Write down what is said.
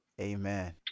Amen